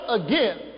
again